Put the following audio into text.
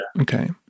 okay